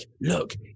look